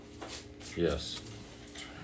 yes